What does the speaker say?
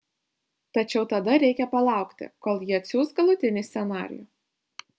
tačiau tada reikia palaukti kol ji atsiųs galutinį scenarijų